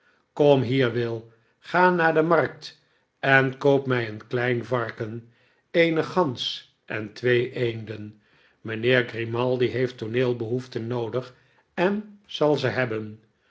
kom hier will ga naar de markt enkoopmijeen klein varken eene gans en twee eenden mijnheer grimaldi heeft tooneelbehoeften noodig en zal ze hebben